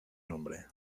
nombre